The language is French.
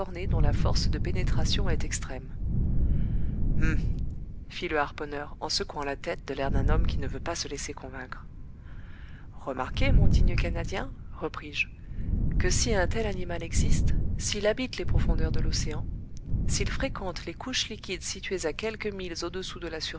dont la force de pénétration est extrême hum fit le harponneur en secouant la tête de l'air d'un homme qui ne veut pas se laisser convaincre remarquez mon digne canadien repris-je que si un tel animal existe s'il habite les profondeurs de l'océan s'il fréquente les couches liquides situées à quelques milles au-dessous de la